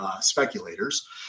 speculators